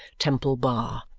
temple bar.